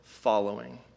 following